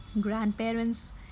grandparents